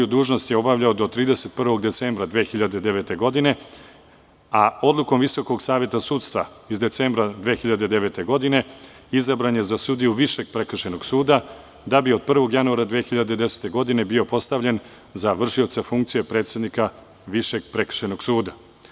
Dužnost je obavljao do 31. decembra 2009. godine, a odlukom Visokog saveta sudstva iz decembra 2009. godine izabran je za sudiju Višeg prekršajnog suda, da bi od 1. januara 2010. godine bio postavljen za vršioca funkcije predsednika Višeg prekršajnog suda.